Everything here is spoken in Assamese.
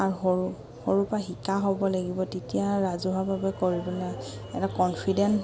আৰু সৰু সৰুৰ পৰা শিকা হ'ব লাগিব তেতিয়া ৰাজহুৱাভাৱে কৰিবলৈ এটা কনফিডেণ্ট